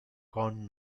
con